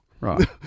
Right